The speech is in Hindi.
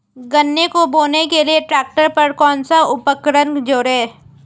गन्ने को बोने के लिये ट्रैक्टर पर कौन सा उपकरण जोड़ें?